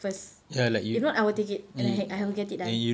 first if not I will take it and I will get it done